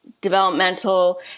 developmental